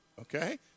Okay